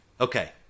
Okay